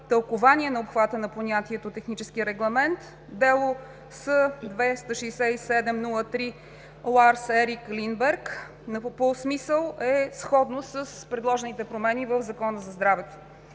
на обхвата на понятието „технически регламент“. Дело С-267/03 Ларс Ерик Линдберг по смисъл е сходно с предложените промени в Закона за здравето.